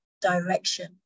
direction